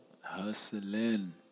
hustling